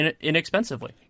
inexpensively